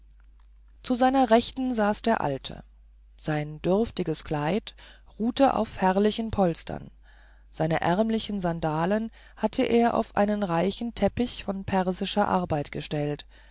zu seiner rechten saß der alte sein dürftiges kleid ruhte auf herrlichen polstern seine ärmlichen sandalen hatte er auf einen reichen teppich von persischer arbeit gestellt